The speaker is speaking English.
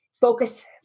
focus